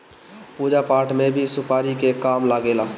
पूजा पाठ में भी सुपारी के काम लागेला